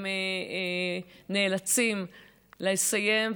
הם נאלצים לסיים,